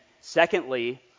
secondly